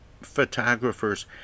photographers